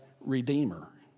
redeemer